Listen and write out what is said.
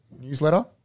newsletter